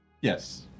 Yes